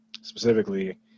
specifically